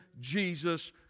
Jesus